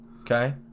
Okay